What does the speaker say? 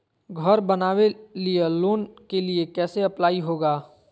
घर बनावे लिय लोन के लिए कैसे अप्लाई होगा?